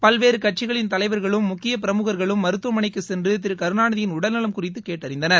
பல்வேறு கட்சிகளின் தலைவா்களும் முக்கிய பிரமுகா்களும் மருத்துவமனைக்குச் சென்று திரு கருணாநிதியின் உடல் நலம் குறித்து கேட்டறிந்தனர்